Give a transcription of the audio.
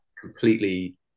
completely